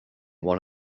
one